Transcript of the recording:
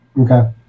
Okay